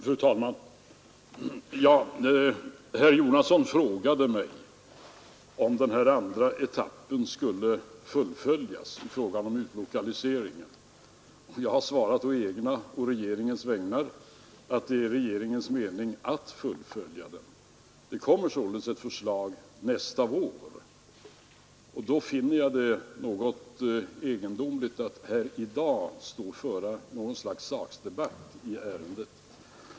Fru talman! Herr Jonasson frågade mig om den andra etappen av utlokaliseringen skulle fullföljas, och jag har svarat å egna och regeringens vägnar att det är regeringens mening att fullfölja den. Det kommer lag nästa vår, och därför finner jag det något egendomligt att här i dag föra något slags sakdebatt i ärendet.